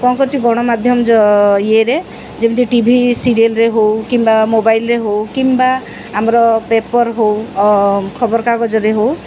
କ'ଣ କରୁଛୁ ଗଣମାଧ୍ୟମ ଯୋ ଇଏରେ ଯେମିତି ଟି ଭି ସିରିଏଲ୍ରେ ହଉ କିମ୍ବା ମୋବାଇଲ୍ରେ ହଉ କିମ୍ବା ଆମର ପେପର୍ ହଉ ଖବରକାଗଜ୍ରେ ହଉ